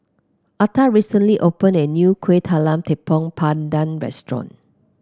Atha recently opened a new Kuih Talam Tepong Pandan Restaurant